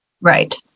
Right